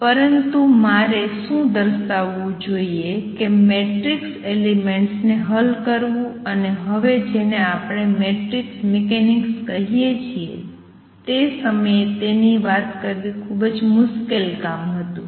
પરંતુ મારે શું દર્શાવવું જોઈએ કે મેટ્રિક્સ એલિમેંટસ ને હલ કરવું અને હવે જેને આપણે મેટ્રિક્સ મિકેનિક્સ કહીએ છીએ તે સમયે તેની વાત કરવી તે ખૂબ જ મુશ્કેલ કામ હતું